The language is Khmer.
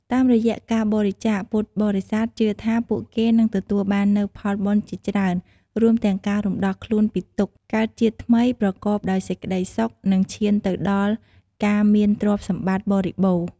តាមរយៈការបរិច្ចាគ ពុទ្ធបរិស័ទជឿថាពួកគេនឹងទទួលបាននូវផលបុណ្យជាច្រើន រួមទាំងការរំដោះខ្លួនពីទុក្ខ កើតជាតិថ្មីប្រកបដោយសេចក្តីសុខ និងឈានទៅដល់ការមានទ្រព្យសម្បត្តិបរិបូណ៌។